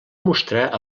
mostrar